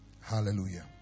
hallelujah